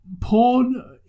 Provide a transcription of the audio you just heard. porn